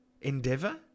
endeavor